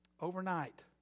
Overnight